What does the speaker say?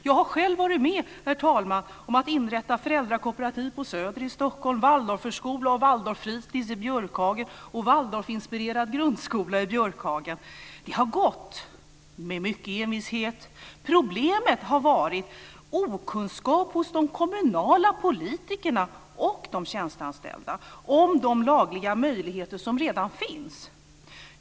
Jag har själv varit med, herr talman, om att inrätta föräldrakooperativ på Söder i Stockholm, Waldorfförskola och Waldorffritis i Björkhagen och även en Waldorfinspirerad grundskola i Björkhagen. Det har gått, med mycken envishet. Problemet har varit okunskap hos de kommunala politikerna och hos de anställda om de lagliga möjligheter som redan finns.